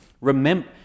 Remember